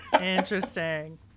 Interesting